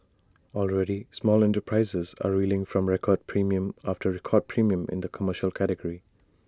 already small enterprises are reeling from record premium after record premium in the commercial category